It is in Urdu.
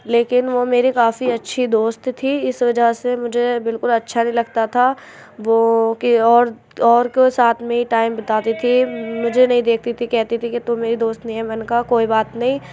لیکن وہ میری کافی اچھی دوست تھی اس وجہ سے مجھے بالکل اچھا نہیں لگتا تھا وہ کہ اور اور کوئی ساتھ میں ٹائم بتاتی تھی مجھے نہیں دیکھتی تھی کہتی تھی کہ تو میری دوست نہیں ہے میں نے کہا کوئی بات نہیں